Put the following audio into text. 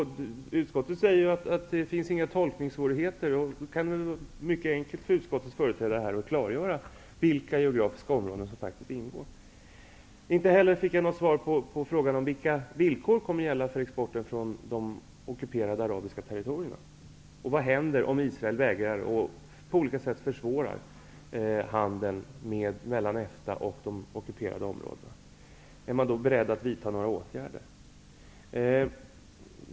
Utskottet säger att det inte finns några tolkningssvårigheter, och då borde det vara mycket enkelt för utskottets företrädare att klargöra vilka geografiska områden som faktiskt ingår. Inte heller fick jag något svar på frågan vilka villkor som kommer att gälla för exporten från de ockuperade arabiska territorierna och vad som händer om Israel på olika sätt försvårar handeln mellan EFTA och de ockuperade områdena. Är man då beredd att vidta några åtgärder?